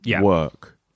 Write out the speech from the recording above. work